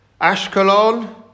Ashkelon